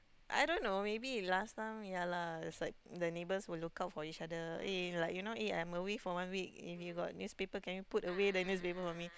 I don't know maybe last time ya lah is like the neighbours will look out for each other eh like you know eh I'm away for one week if you got newspaper can you put away the newspaper for me